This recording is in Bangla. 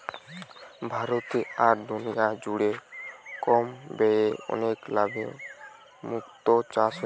ভারতে আর দুনিয়া জুড়ে কম ব্যয়ে অনেক লাভে মুক্তো চাষ হচ্ছে